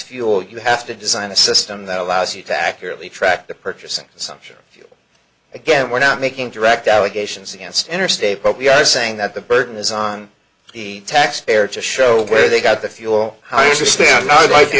fuel you have to design a system that allows you to accurately track the purchasing assumption again without making direct allegations against interstate but we are saying that the burden is on the taxpayer to show where they got the fuel higher standard i'd like t